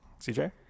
CJ